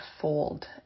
fold